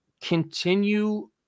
continue